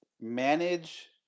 manage